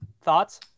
thoughts